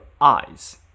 eyes